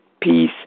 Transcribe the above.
peace